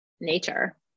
nature